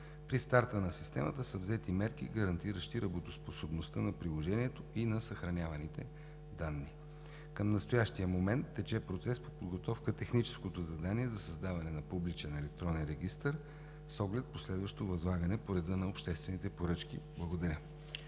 При старта на системата се взети мерки, гарантиращи работоспособността на приложението и на съхраняваните данни. Тече процес по подготовка на техническото задание за създаване на публичен електронен регистър с оглед последващо възлагане по реда на обществените поръчки. Благодаря.